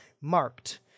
marked